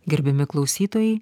gerbiami klausytojai